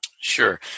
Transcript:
Sure